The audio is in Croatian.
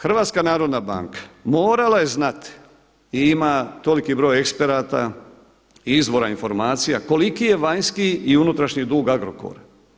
HNB morala je znati i ima toliki broj eksperata i izvora informacija koliki je vanjski i unutrašnji dug Agrokora.